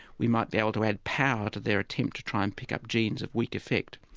we might be able to add power to their attempt to try and pick up genes of weak effect.